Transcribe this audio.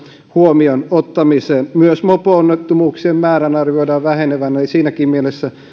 huomioon ottamiseen myös mopo onnettomuuksien määrän arvioidaan vähenevän eli siinäkin mielessä tällä on